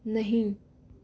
नहीं